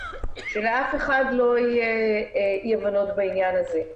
שלאף אחד לא יהיה אי-הבנות בעניין הזה.